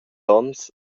onns